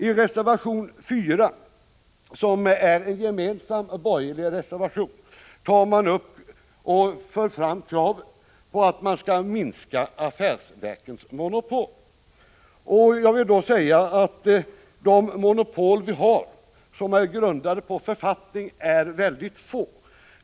I reservation 4, som är en gemensam borgerlig reservation, för man fram krav på att minska affärsverkens monopol. De monopol vi har, som är grundade på författning, är väldigt få.